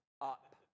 up